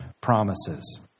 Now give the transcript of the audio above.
promises